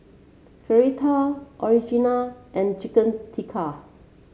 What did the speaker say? Fritada Onigiri and Chicken Tikka